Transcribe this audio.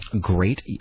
great